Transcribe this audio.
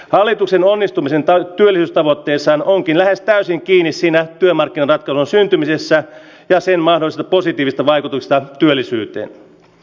alituisen onnistumisen tai välitavoitteeseen onkin lähes täysin kiinni siinä työmarkkinat tolosen kymmenessä jäsenmaansa positiivista vaikutusta työllisyyttä